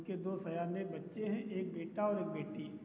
उनके दो सयाने बच्चे हैं एक बेटा और एक बेटी